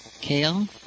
kale